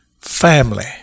family